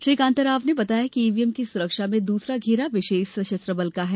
श्री कांता राव ने बताया कि ईवीएम की सुरक्षा में दूसरा घेरा विशेष सशस्त्र बल का है